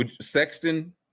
Sexton